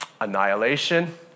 Annihilation